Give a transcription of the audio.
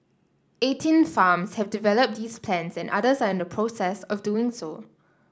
eighteen farms have developed these plans and others are in the process of doing so